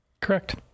Correct